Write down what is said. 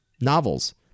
novels